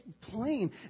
plain